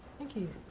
thank you.